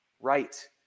Right